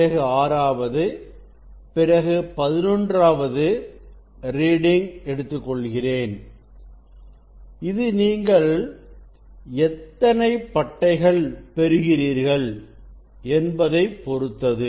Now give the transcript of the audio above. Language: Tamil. பிறகு ஆறாவது பிறகு பதினொன்றாவது ரீடிங் எடுத்துக்கொள்கிறேன் இது நீங்கள் எத்தனை பட்டைகள் பெறுகிறீர்கள் என்பதை பொருத்தது